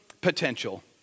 potential